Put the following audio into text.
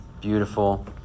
beautiful